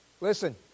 Listen